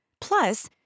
Plus